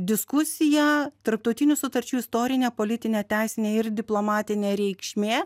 diskusiją tarptautinių sutarčių istorinė politinė teisinė ir diplomatinė reikšmė